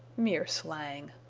mere slang.